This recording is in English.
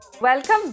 Welcome